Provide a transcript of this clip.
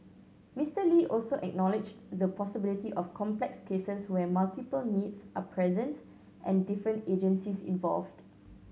Mister Lee also acknowledged the possibility of complex cases where multiple needs are present and different agencies involved